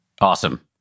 Awesome